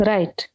Right